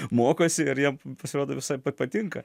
mokosi ir jam pasirodo visai pa patinka